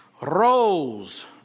Rose